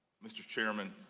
mr. chairman,